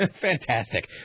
Fantastic